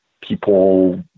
people